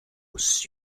aux